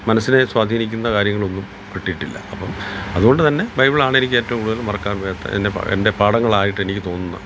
മനസ്സിനെ സ്വാധീനിക്കുന്ന കാര്യങ്ങളൊന്നും കിട്ടിയിട്ടില്ല അപ്പം അതുകൊണ്ടു തന്നെ ബൈബിളാണ് എനിക്ക് ഏറ്റവും കൂടുതൽ മറക്കാൻ വയ്യാത്ത എന്നെ എൻ്റെ പാഠങ്ങളായിട്ട് എനിക്ക് തോന്നുന്നത്